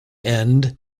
end